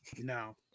No